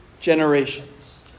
generations